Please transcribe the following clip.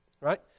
Right